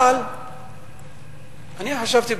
אבל אני חשבתי,